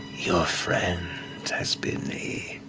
your friend has been a